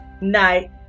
night